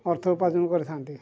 ଅର୍ଥ ଉପାର୍ଜନ କରିଥାନ୍ତି